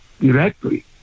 directly